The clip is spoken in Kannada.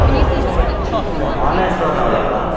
ಹಲೋ ಇದು ಆನ್ಲೈನ್ ಸ್ಟೋರ್ನವ್ರು ಅಲ್ಲವಾ